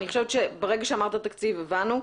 אני חושבת שברגע שאמרת תקציב הבנו,